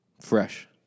fresh